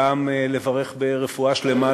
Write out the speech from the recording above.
וגם לברך ברפואה שלמה,